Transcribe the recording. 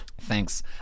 Thanks